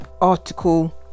article